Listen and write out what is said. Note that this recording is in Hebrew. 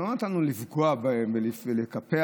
לא נתנו לפגוע בהם ולקפח,